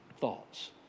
thoughts